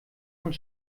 und